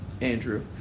Andrew